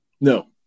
No